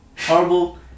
Horrible